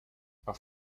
auf